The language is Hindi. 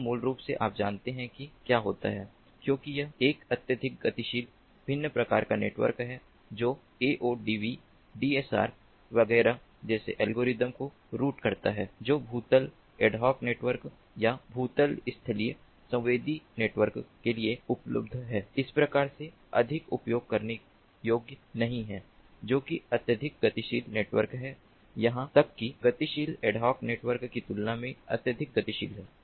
तो मूल रूप से आप जानते हैं कि क्या होता है क्योंकि यह एक अत्यधिक गतिशील भिन्न प्रकार का नेटवर्क है जो AODV DSR वगैरह जैसे एल्गोरिदम को रूट करता है जो भूतल एड हॉक नेटवर्क या भूतल स्थलीय संवेदी नेटवर्क के लिए उपलब्ध हैं इस तरह से अधिक उपयोग करने योग्य नहीं हैं जो कि अत्यधिक गतिशील नेटवर्क हैं यहां तक कि गतिशील एड हॉक नेटवर्क की तुलना में अत्यधिक गतिशील हैं